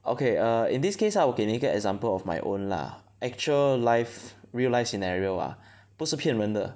okay err in this case lah 我给你一个 example of my own lah actual life real life scenario ah 不是骗人的